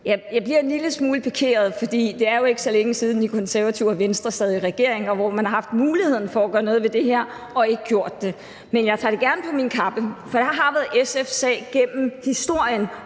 Jeg bliver en lille smule pikeret, for det er jo ikke så længe siden, De Konservative og Venstre sad i regering, hvor man havde muligheden for at gøre noget ved det her og ikke gjorde det. Men jeg tager det gerne på min kappe, for det har været SF's sag gennem historien